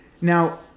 Now